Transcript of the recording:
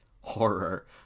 horror